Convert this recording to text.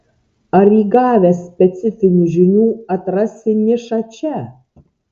ar įgavęs specifinių žinių atrasi nišą čia